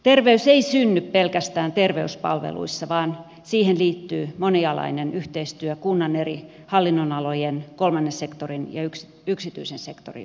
terveys ei synny pelkästään terveyspalveluissa vaan siihen liittyy monialainen yhteistyö kunnan eri hallinnonalojen kolmannen sektorin ja yksityisen sektorin välillä